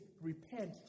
repent